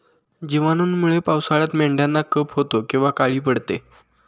जिवाणूंमुळे पावसाळ्यात मेंढ्यांना कफ होतो किंवा काळी पडते